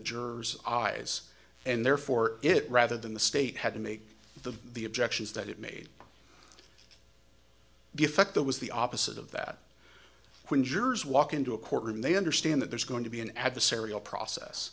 jurors and therefore it rather than the state had to make the the objections that it made the effect that was the opposite of that when jurors walk into a courtroom they understand that there's going to be an adversarial process